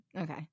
Okay